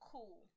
Cool